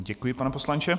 Děkuji, pane poslanče.